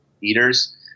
eaters